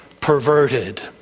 perverted